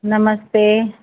नमस्ते